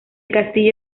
castillo